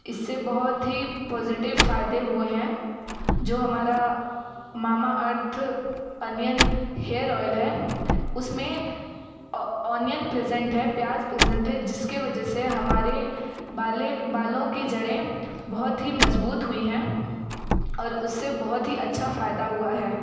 इससे बहुत ही पॉजिटिव फायदे हुए हैं जो हमारा Mamaearth onion hair oil है उसमें ओनियन प्रेजेंट है प्याज प्रेजेंट है जिसके वजह से हमारे वाले बालों के जड़ें बहुत ही मजबूत हुई हैं और उससे बहुत ही अच्छा फायदा हुआ है